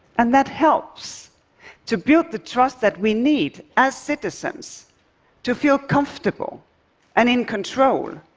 and that helps to build the trust that we need as citizens to feel comfortable and in control,